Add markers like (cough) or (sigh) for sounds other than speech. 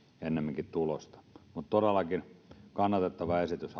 tulosta mutta on todellakin kannatettava esitys (unintelligible)